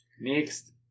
Next